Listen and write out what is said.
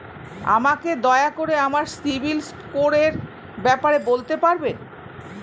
আমাকে দয়া করে আমার সিবিল স্কোরের ব্যাপারে বলতে পারবেন?